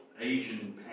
Asian